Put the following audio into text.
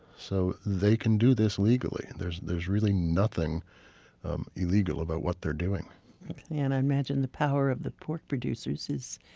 so they can do this legally. and there's there's really nothing illegal about what they're doing and i imagine the power of the pork producers is